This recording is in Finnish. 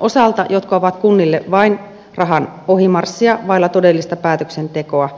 osalta jotka ovat kunnille vain rahan ohimarssia vailla todellista päätöksentekoa